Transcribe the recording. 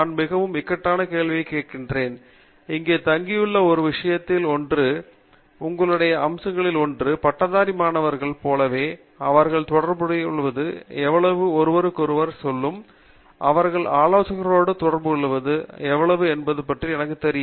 நான் மிகவும் இக்கட்டான கேள்வி கேட்கிறேன் இங்கே தங்கியுள்ள ஒரு விஷயத்தில் ஒன்று உங்களுடைய அம்சங்களில் ஒன்று பட்டதாரி மாணவர்களைப் போலவே அவர்கள் தொடர்புகொள்வது எவ்வளவு ஒருவருக்கொருவர் சொல்லும் அவர்கள் ஆலோசகரோடு தொடர்புகொள்வது எவ்வளவு என்பது பற்றி எனக்குத் தெரியும்